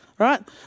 Right